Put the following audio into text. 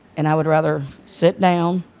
and i would rather sit down,